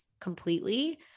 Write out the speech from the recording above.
completely